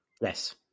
Yes